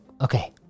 okay